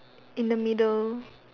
in the middle